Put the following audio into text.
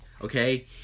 Okay